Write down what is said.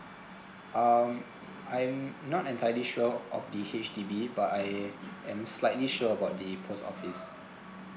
um I'm not entirely sure of of the H_D_B but I am slightly sure about the post office